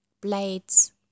Blades